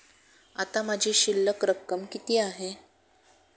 आता माझी शिल्लक रक्कम किती आहे?